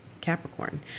capricorn